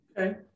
Okay